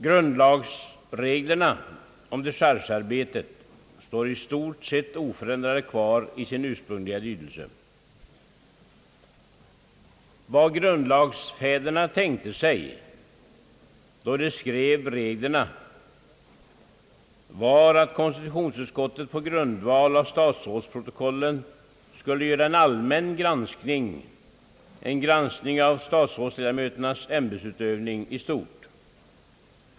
Grundlagsreglerna om dechargearbetet står i stort sett oförändrade kvar i sin ursprungliga lydelse. Vad grundlagsfäderna tänkte sig då de skrev reglerna var att konstitutionsutskottet på grundval av statsrådsprotokollen skulle göra en allmän granskning, en granskning av statsrådsledamöternas ämbetsutövning i stort.